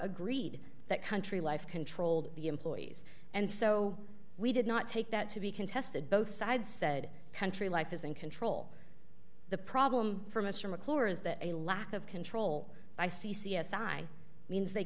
agreed that country life controlled the employees and so we did not take that to be contested both sides said country life is in control the problem for mr mcclure is that a lack of control i see c s i means they